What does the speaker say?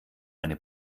eine